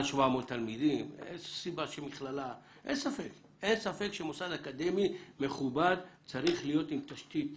אין ספק שמוסד אקדמי מכובד צריך להיות עם תשתיות